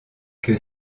que